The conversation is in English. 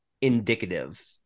indicative